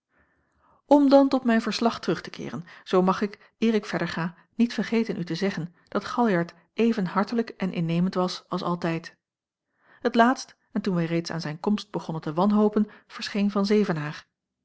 om dan tot mijn verslag terug te keeren zoo mag ik eer ik verder ga niet vergeten u te zeggen dat galjart even hartelijk en innemend was als altijd t laatst en toen wij reeds aan zijn komst begonnen te wanhopen verscheen van